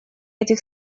этих